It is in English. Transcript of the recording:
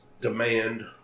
demand